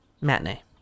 matinee